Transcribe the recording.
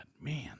man